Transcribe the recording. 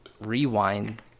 rewind